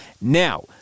Now